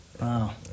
Wow